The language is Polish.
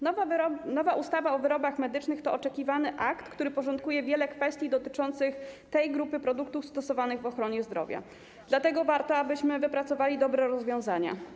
Nowa ustawa o wyrobach medycznych to oczekiwany akt, który porządkuje wiele kwestii dotyczących tej grupy produktów stosowanych w ochronie zdrowia, dlatego warto abyśmy wypracowali dobre rozwiązania.